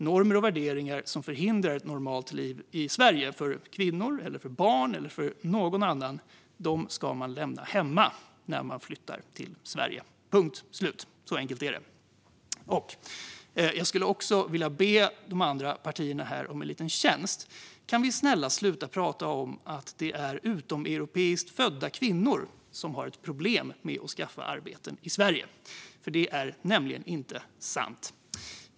Normer och värderingar som förhindrar ett normalt liv i Sverige för kvinnor, barn eller någon annan ska man lämna hemma när man flyttar till Sverige, punkt slut. Så enkelt är det. Jag skulle också vilja be företrädarna för de andra partierna här om en liten tjänst. Kan vi, snälla, sluta att prata om att det är utomeuropeiskt födda kvinnor som har ett problem med att skaffa arbeten i Sverige? Det är nämligen inte sant.